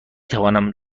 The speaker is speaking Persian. توانم